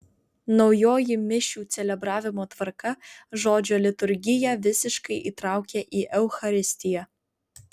naujoji mišių celebravimo tvarka žodžio liturgiją visiškai įtraukia į eucharistiją